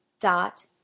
dot